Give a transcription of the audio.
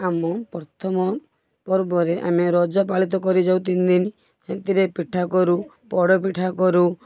ଆମ ପ୍ରଥମ ପର୍ବରେ ଆମେ ରଜ ପାଳିତ କରିଯାଉ ତିନଦିନ ସେମତିରେ ପିଠା କରୁ ପୋଡ଼ପିଠା କରୁ